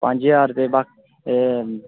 पंज ज्हार ते बाकी